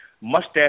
mustache